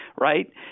right